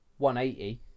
180